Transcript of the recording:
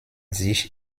sich